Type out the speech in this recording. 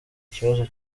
ikibazo